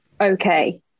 okay